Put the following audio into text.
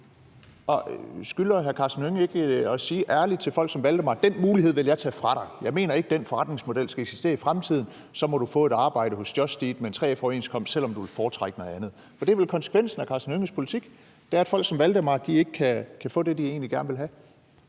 Skylder hr. Karsten Hønge ikke at sige ærligt til folk som Valdemar: Den mulighed vil jeg tage fra dig; jeg mener ikke, den forretningsmodel skal eksistere i fremtiden, så må du få et arbejde hos Just Eat med en 3F-overenskomst, selv om du vil foretrække noget andet? For det er vel konsekvensen af hr. Karsten Hønges politik. Det er, at folk som Valdemar ikke kan få det, de egentlig gerne vil have.